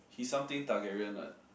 he something Targaryen what